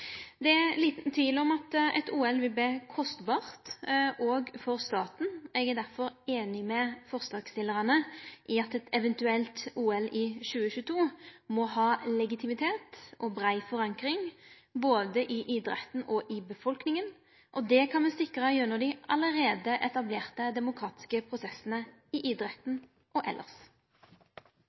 Det er liten tvil om at eit OL vil verte kostbart òg for staten. Eg er derfor einig med forslagsstillarane i at eit eventuelt OL i 2022 må ha legitimitet og brei forankring i både idretten og befolkninga, og det kan me sikre gjennom dei demokratiske prosessane som allereie er etablerte i idretten og